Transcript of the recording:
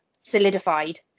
solidified